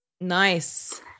Nice